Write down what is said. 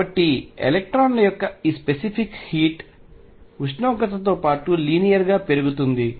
కాబట్టి ఎలక్ట్రాన్ల యొక్క ఈ స్పెసిఫిక్ హీట్ ఉష్ణోగ్రతతో పాటు లీనియర్ గా పెరుగుతుంది